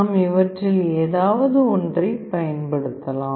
நாம் இவற்றில் ஏதாவது ஒன்றைப் பயன்படுத்தலாம்